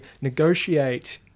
negotiate